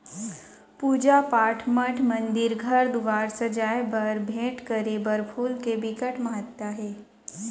पूजा पाठ, मठ मंदिर, घर दुवार सजाए बर, भेंट करे बर फूल के बिकट महत्ता हे